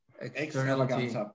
Externality